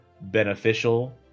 beneficial